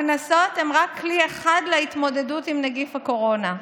הקנסות הם רק כלי אחד להתמודדות עם נגיף הקורונה.